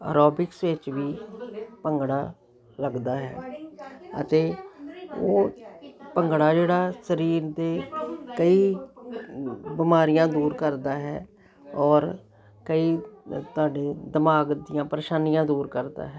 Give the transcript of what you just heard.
aerobics ਵਿੱਚ ਵੀ ਭੰਗੜਾ ਲੱਗਦਾ ਹੈ ਅਤੇ ਉਹ ਭੰਗੜਾ ਜਿਹੜਾ ਸਰੀਰ ਦੇ ਕਈ ਬਿਮਾਰੀਆਂ ਦੂਰ ਕਰਦਾ ਹੈ ਔਰ ਕਈ ਤੁਹਾਡੇ ਦਿਮਾਗ ਦੀਆਂ ਪਰੇਸ਼ਾਨੀਆਂ ਦੂਰ ਕਰਦਾ ਹੈ